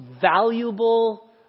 valuable